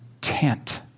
tent